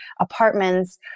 apartments